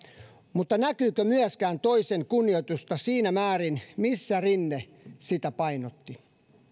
mutta näkyykö myöskään toisen kunnioitusta siinä määrin missä rinne sitä painotti